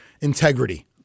integrity